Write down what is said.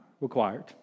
required